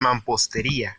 mampostería